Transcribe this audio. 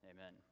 Amen